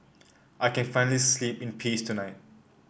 I can finally sleep in peace tonight